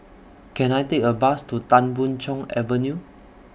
Can I Take A Bus to Tan Boon Chong Avenue